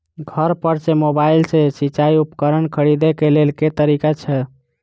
घर पर सऽ मोबाइल सऽ सिचाई उपकरण खरीदे केँ लेल केँ तरीका छैय?